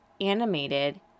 animated